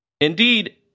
Indeed